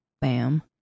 Bam